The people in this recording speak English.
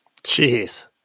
Jeez